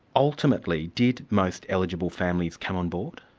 ultimately, did most eligible families come on board?